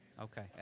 Okay